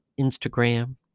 instagram